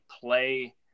play